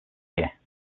year